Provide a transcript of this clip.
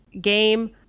game